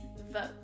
vote